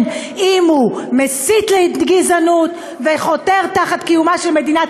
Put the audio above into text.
אם הוא מסית לגזענות וחותר תחת קיומה של מדינת